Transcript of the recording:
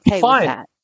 fine